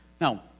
Now